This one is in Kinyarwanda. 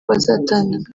bazatanga